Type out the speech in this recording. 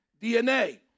DNA